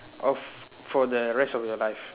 off for the rest of your life